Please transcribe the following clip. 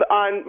on